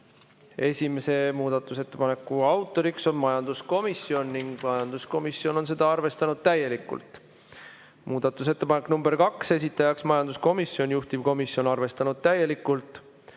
Esimese muudatusettepaneku autoriks on majanduskomisjon ning majanduskomisjon on seda arvestanud täielikult. Muudatusettepanek nr 2, esitajaks majanduskomisjon, juhtivkomisjon on arvestanud täielikult.